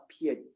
appeared